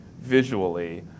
visually